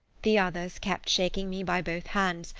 the others kept shaking me by both hands,